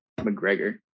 McGregor